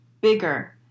bigger